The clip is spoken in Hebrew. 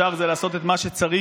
ישר זה לעשות מה שצריך.